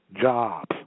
Jobs